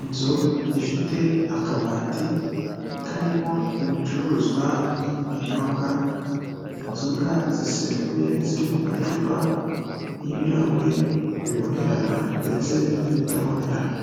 Inzu ifite akabati karimo ibicuruzwa by'ibinyobwa, inzoga zisembuye ziri mu macupa y'ibirahuri bibonerana ndetse n'ibitabonerana,